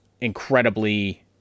incredibly